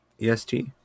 EST